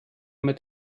mit